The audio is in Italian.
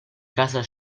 casa